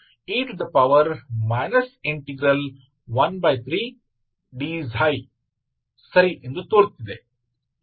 F e 13d ಸರಿ ಎಂದು ತೋರುತ್ತಿದೆ